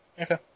Okay